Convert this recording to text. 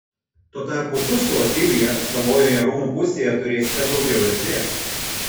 tuo tarpu tu su otilija savojoje rūmų pusėje turėsite daugiau erdvės